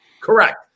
Correct